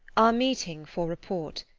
our meeting for report.